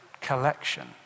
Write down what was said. collection